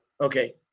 Okay